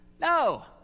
No